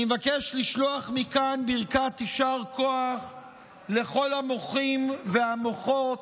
אני מבקש לשלוח מכאן ברכת יישר כוח לכל מוחים והמוחות.